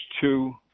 two